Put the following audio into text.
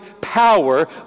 power